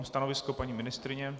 Stanovisko paní ministryně?